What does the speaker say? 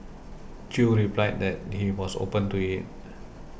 Chew replied that he was open to it